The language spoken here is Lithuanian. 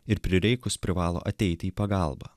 ir prireikus privalo ateiti į pagalbą